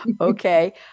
Okay